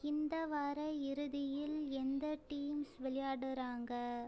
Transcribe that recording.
இந்த வார இறுதியில் எந்த டீம்ஸ் விளையாடுறாங்க